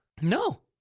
No